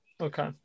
Okay